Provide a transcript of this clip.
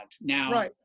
Now